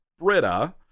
Britta